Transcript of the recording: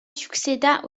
succéda